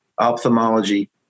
ophthalmology